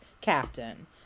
captain